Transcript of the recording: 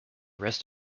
rest